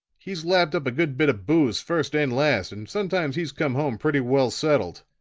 he's lapped up a good bit of booze first and last and sometimes he's come home pretty well settled.